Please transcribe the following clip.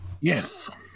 Yes